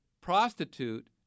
prostitute